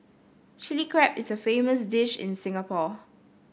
Chilli Crab is a famous dish in Singapore